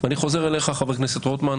מאחר שהוא עבר בלי זה,